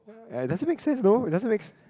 ya it doesn't make sense you know it doesn't makes